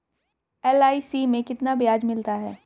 LIC में कितना ब्याज मिलता है?